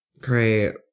Great